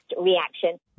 reaction